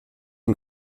une